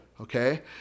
okay